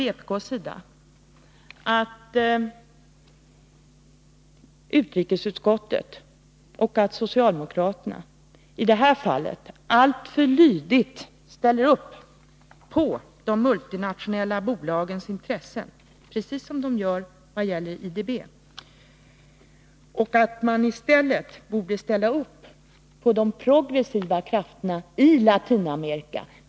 Vpk anser att utrikesutskottet och socialdemokraterna i det här fallet alltför lydigt ställer upp för de multinationella bolagens intressen, precis som de gör när det gäller IDB. Man borde i stället ställa upp på de progressiva krafterna i Latinamerika.